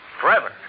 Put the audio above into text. Forever